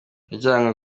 yajyanywe